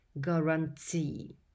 guarantee